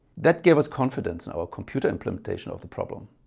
that gave us confidence in our computer implementation of the problem.